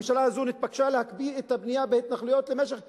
הרי כאשר הממשלה הזו נתבקשה להקפיא את הבנייה בהתנחלויות למשך חודשים,